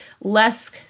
less